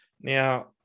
Now